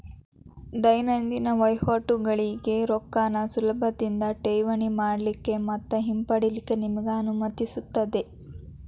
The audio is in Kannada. ದೈನಂದಿನ ವಹಿವಾಟಗೋಳಿಗೆ ರೊಕ್ಕಾನ ಸುಲಭದಿಂದಾ ಠೇವಣಿ ಮಾಡಲಿಕ್ಕೆ ಮತ್ತ ಹಿಂಪಡಿಲಿಕ್ಕೆ ನಿಮಗೆ ಅನುಮತಿಸುತ್ತದೆ